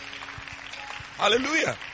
Hallelujah